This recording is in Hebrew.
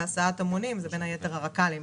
בהסעת המונים שזה בין היתר הרק"לים.